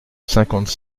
cinquante